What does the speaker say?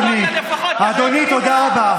אדוני, אדוני, תודה רבה.